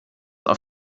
auf